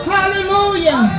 Hallelujah